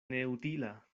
neutila